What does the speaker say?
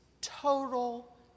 total